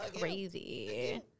crazy